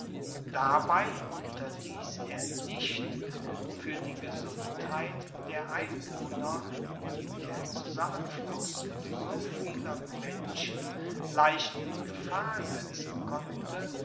dabei unterließ er nicht für die gesundheit der einwohner die der zusammenfluß so vieler menschen leicht in gefahr setzen konnte